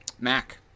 Mac